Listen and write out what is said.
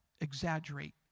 exaggerate